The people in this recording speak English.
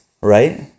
Right